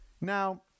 Now